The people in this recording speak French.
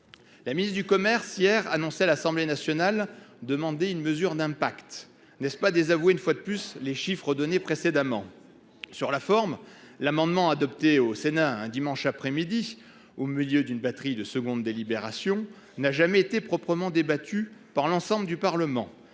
La ministre chargée du commerce a annoncé hier à l’Assemblée nationale avoir demandé une étude d’impact. N’est ce pas désavouer une fois de plus les chiffres donnés précédemment ? Sur la forme, l’amendement, adopté au Sénat un dimanche après midi au milieu d’une batterie de secondes délibérations, n’a jamais été à proprement parler débattu par l’ensemble du Parlement.